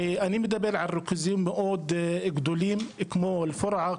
אני מדבר על ריכוזים מאוד גדולים כמו אלפורעה,